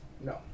No